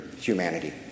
humanity